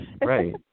Right